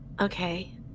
Okay